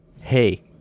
Hey